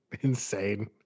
Insane